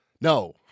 no